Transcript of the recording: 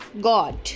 God